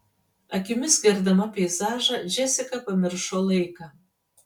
akimis gerdama peizažą džesika pamiršo laiką